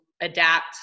adapt